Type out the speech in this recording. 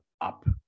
up